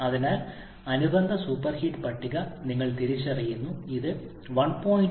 അതിനാൽ അനുബന്ധ സൂപ്പർഹീറ്റ് പട്ടിക നിങ്ങൾ തിരിച്ചറിയുന്നു ഇത് 1